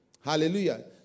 Hallelujah